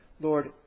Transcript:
Lord